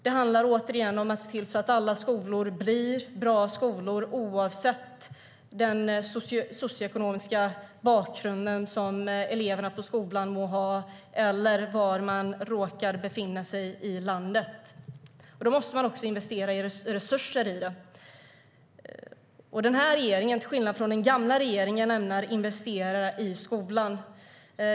Det handlar återigen om att se till att alla skolor blir bra skolor, oavsett vilken socioekonomisk bakgrund eleverna på skolan må ha och var i landet den råkar befinna sig. Då måste man också investera i resurser. Den här regeringen ämnar investera i skolan, till skillnad från den gamla regeringen.